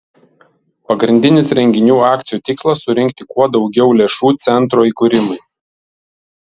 pagrindinis renginių akcijų tikslas surinkti kuo daugiau lėšų centro įkūrimui